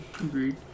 Agreed